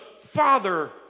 father